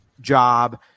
job